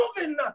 moving